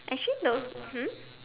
actually those hmm